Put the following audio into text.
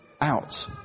Out